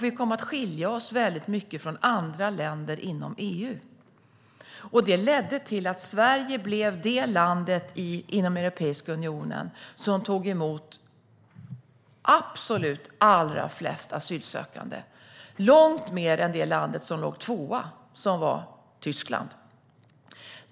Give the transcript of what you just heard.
Vi kom att skilja oss väldigt mycket från andra länder inom EU, och detta ledde till att Sverige blev det land inom Europeiska unionen som tog emot absolut allra flest asylsökande, långt fler än Tyskland som var det land som låg tvåa.